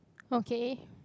okay